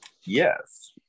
Yes